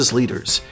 leaders